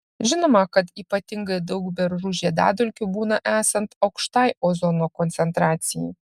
žinoma kad ypatingai daug beržų žiedadulkių būna esant aukštai ozono koncentracijai